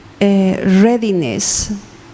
readiness